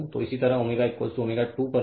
तो इसी तरह ω ω2 पर भी